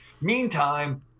Meantime